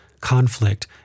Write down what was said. conflict